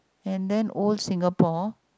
and then old Singapore